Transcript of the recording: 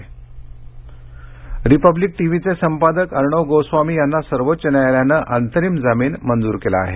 Arnav Goswami Republic T V चे संपादक अर्णव गोस्वामी यांना सर्वोच्च न्यायालयानं अंतरिम जामीन मंजूर केला आहे